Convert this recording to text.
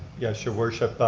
yes, your worship,